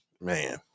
man